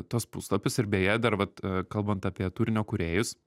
tuos puslapius ir beje dar vat kalbant apie turinio kūrėjus